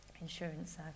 insurance